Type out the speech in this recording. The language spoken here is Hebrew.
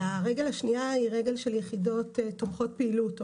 והרגל השנייה היא רגל של יחידות תומכות פעילות.